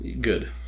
Good